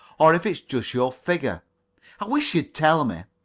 or if it's just your figure. i wish you'd tell me.